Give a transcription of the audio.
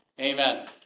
Amen